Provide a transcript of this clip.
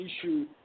issue